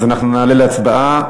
אז אנחנו נעלה להצבעה,